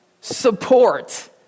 Support